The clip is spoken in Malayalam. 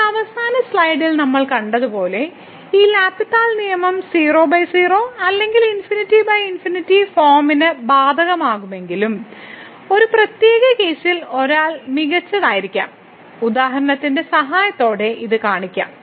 ഇപ്പോൾ അവസാന സ്ലൈഡിൽ നമ്മൾ കണ്ടതുപോലെ ഈ എൽ ഹോസ്പിറ്റൽ നിയമം 00 അല്ലെങ്കിൽ ∞∞ ഫോമിന് ബാധകമാകുമെങ്കിലും ഒരു പ്രത്യേക കേസിൽ ഒരാൾ മികച്ചതായിരിക്കാം ഉദാഹരണത്തിന്റെ സഹായത്തോടെ ഇത് കാണാം